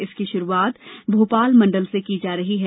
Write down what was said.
इसकी शुरुआत भोपाल मंडल से की जा रही है